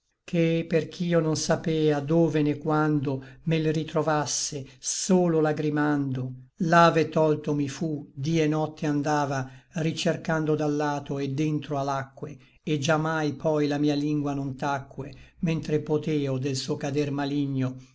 montava ché perch'io non sapea dove né quando me l ritrovasse solo lagrimando là ve tolto mi fu dí e nocte andava ricercando dallato et dentro a l'acque et già mai poi la mia lingua non tacque mentre poteo del suo cader maligno